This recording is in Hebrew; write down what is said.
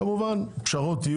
כמובן שיהיו פשרות,